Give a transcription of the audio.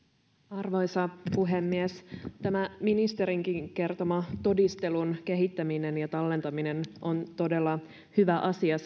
arvoisa puhemies tämä ministerinkin kertoma todistelun kehittäminen ja tallentaminen on todella hyvä asia